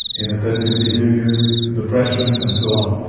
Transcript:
inattentive behaviours, depression and so on,